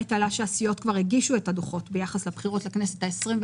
שהסיעות כבר הגישו את הדוחות ביחס לבחירות לכנסת ה-21,